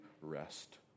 rest